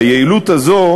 והיעילות הזאת,